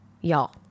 Y'all